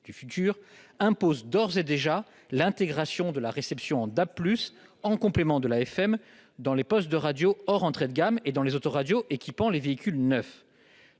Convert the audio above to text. du futur, imposent d'ores et déjà l'intégration de la réception en DAB+, en complément de la FM, dans les postes de radio hors entrée de gamme et dans les autoradios équipant les véhicules neufs.